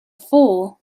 fool